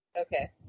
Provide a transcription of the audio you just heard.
Okay